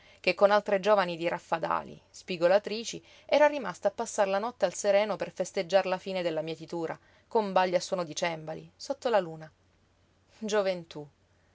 che con altre giovani di raffadali spigolatrici era rimasta a passar la notte al sereno per festeggiar la fine della mietitura con balli a suono di cembali sotto la luna gioventú